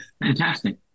Fantastic